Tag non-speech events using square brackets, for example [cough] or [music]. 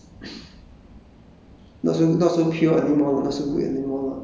the thing changes orh so it becomes [coughs]